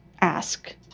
ask